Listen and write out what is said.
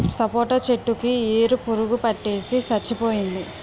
సపోటా చెట్టు కి ఏరు పురుగు పట్టేసి సచ్చిపోయింది